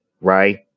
right